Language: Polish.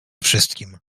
wszystkim